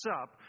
up